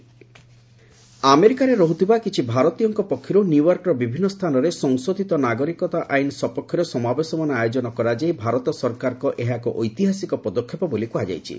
ୟଏସ୍ CAA ଆମେରିକାରେ ରହୁଥିବା କିଛି ଭାରତୀୟଙ୍କ ପକ୍ଷରୁ ନ୍ୟୁୟର୍କର ବିଭିନ୍ନ ସ୍ଥାନରେ ସଂଶୋଧିତ ନାଗରିକ ଆଇନ୍ ସପକ୍ଷରେ ସମାବେଶମାନ ଆୟୋଜନ କରାଯାଇ ଭାରତ ସରକାରଙ୍କର ଏହା ଏକ ଐତିହାସିକ ପଦକ୍ଷେପ ବୋଲି କୃହାଯାଇଛି